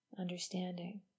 understanding